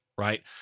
right